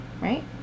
right